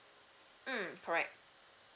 mm correct